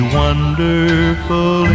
wonderful